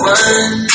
one